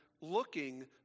looking